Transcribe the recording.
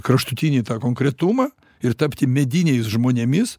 kraštutinį tą konkretumą ir tapti mediniais žmonėmis